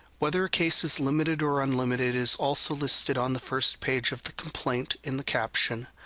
whether a case is limited or unlimited is also listed on the first page of the complaint in the caption,